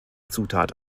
zutat